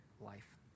life